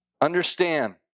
Understand